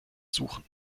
suchen